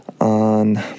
On